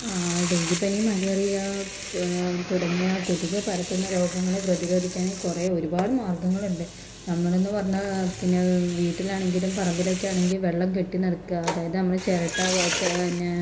ആ ഡെങ്കിപ്പനി മലേറിയ തുടങ്ങിയ കൊതുക് പരത്തുന്ന രോഗങ്ങളെ പ്രതിരോധിക്കാൻ കുറേ ഒരുപാട് മാർഗ്ഗങ്ങളുണ്ട് നമ്മൾ എന്ന് പറഞ്ഞാൽ പിന്നെ വീട്ടിലാണെങ്കിലും പറമ്പിലൊക്കെ ആണെങ്കിൽ വെള്ളം കെട്ടി നിൽക്കുക അതായത് നമ്മൾ ചിരട്ട പിന്നെ